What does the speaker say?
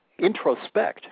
introspect